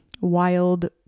wild